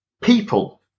people